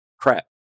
crap